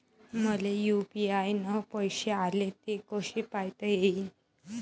मले यू.पी.आय न पैसे आले, ते कसे पायता येईन?